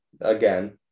again